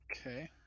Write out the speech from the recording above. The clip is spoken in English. Okay